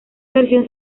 versión